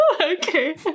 okay